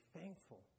thankful